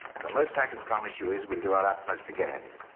and the most i can promise you is we'll do our utmost to get at it.